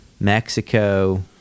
Mexico